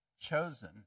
chosen